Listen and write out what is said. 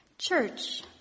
Church